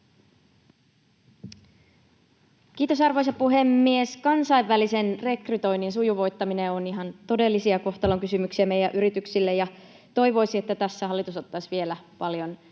Kiitos, arvoisa puhemies! Kansainvälisen rekrytoinnin sujuvoittaminen on ihan todellinen kohtalonkysymys meidän yrityksille, ja toivoisi, että tässä hallitus ottaisi vielä paljon